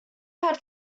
had